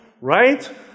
right